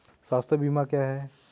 स्वास्थ्य बीमा क्या है?